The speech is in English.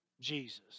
Jesus